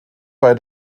bei